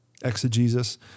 Exegesis